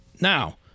Now